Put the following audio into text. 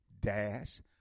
dash